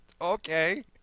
Okay